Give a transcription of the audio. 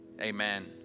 Amen